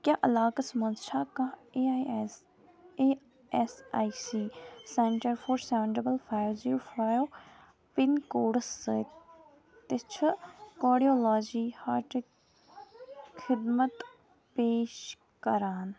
کیٛاہ علاقس مَنٛز چھا کانٛہہ A I S A S I C centre four seven double five zero five pin codes سۭتۍ تہِ چھِ کاڑیولاجی ہارٹٕکۍ خدمت پیش کران